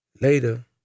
later